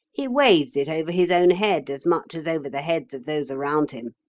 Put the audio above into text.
he waves it over his own head as much as over the heads of those around him.